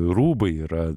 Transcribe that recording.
rūbai yra